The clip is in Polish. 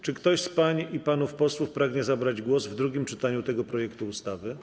Czy ktoś z pań i panów posłów pragnie zabrać głos w drugim czytaniu tego projektu ustawy?